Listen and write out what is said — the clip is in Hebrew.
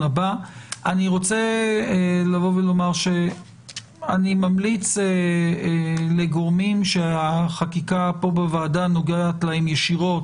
רוצה לומר שאני ממליץ לגורמים שהחקיקה כאן בוועדה נוגעת להם ישירות,